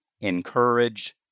encouraged